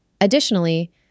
Additionally